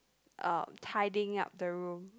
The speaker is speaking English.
uh tiding up the room